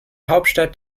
hauptstadt